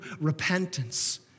repentance